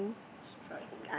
stripe